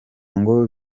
ngo